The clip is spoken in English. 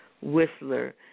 Whistler